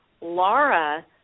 Laura